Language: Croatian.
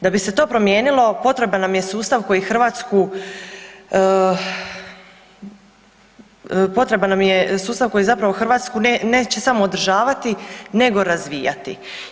Da bi se to promijenilo potreban nam je sustav koji Hrvatsku, potreban nam je sustav koji zapravo Hrvatsku neće samo održavati nego razvijati.